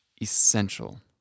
essential